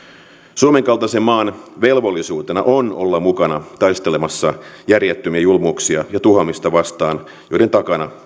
suomen kaltaisen maan velvollisuutena on olla mukana taistelemassa järjettömiä julmuuksia ja tuhoamista vastaan joiden takana